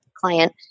client